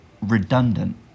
redundant